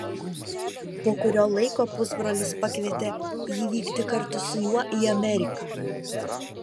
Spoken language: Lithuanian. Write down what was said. po kurio laiko pusbrolis pakvietė jį vykti kartu su juo į ameriką